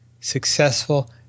successful